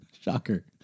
Shocker